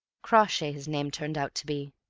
crawshay his name turned out to be.